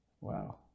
Wow